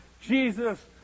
Jesus